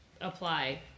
apply